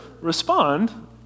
respond